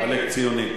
מחלק ציונים.